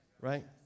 right